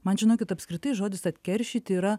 man žinokit apskritai žodis atkeršyti yra